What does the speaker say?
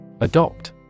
Adopt